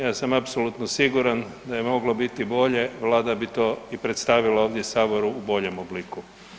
Ja sam apsolutno siguran da je moglo biti bolje, Vlada bi to i predstavila ovdje saboru u boljem obliku.